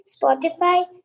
Spotify